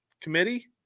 committee